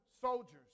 Soldiers